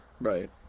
Right